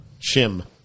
Shim